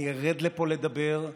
אני ארד לפה לדבר,